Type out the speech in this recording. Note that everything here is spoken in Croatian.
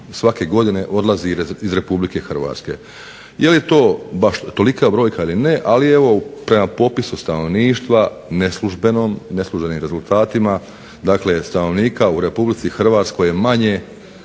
svake godine odlazi iz Republike Hrvatske, je li to baš tolika brojka ili ne, ali evo prema popisu stanovništva neslužbenim rezultatima, stanovnika u Republici Hrvatskoj je manje